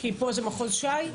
כי פה זה מחוז ש"י?